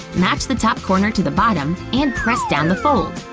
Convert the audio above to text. match the top corner to the bottom and press down the fold.